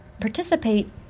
participate